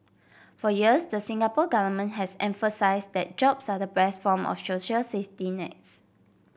for years the Singapore Government has emphasised that jobs are the best form of social safety nets